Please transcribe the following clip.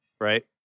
right